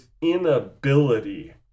inability